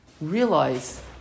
realize